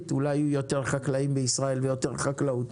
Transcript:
אולי יהיו יותר חקלאים בישראל ויותר חקלאות,